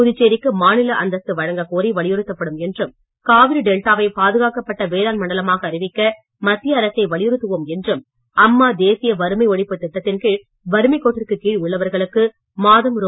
புதுச்சேரிக்கு மாநில அந்தஸ்து வழங்கக்கோரி வலியுறுத்தப்படும் என்றும் காவிரி டெல்டாவை பாதுகாக்கப்பட்ட வேளாண் மண்டலமாக அறிவிக்க மத்திய அரசை வலியுறுத்துவோம் என்றும் அம்மா தேசிய வறுமை ஒழிப்பு திட்டத்தின்கீழ் வறுமைக்கோட்டிற்கு கீழ் உள்ளவர்களுக்கு மாதம் ரூ